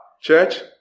Church